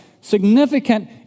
significant